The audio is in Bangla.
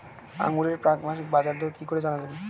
আঙ্গুরের প্রাক মাসিক বাজারদর কি করে জানা যাবে?